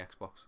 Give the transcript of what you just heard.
Xbox